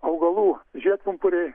augalų žiedpumpuriai